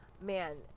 man